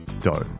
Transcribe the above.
dough